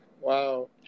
wow